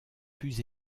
plus